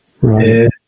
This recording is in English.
Right